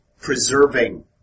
preserving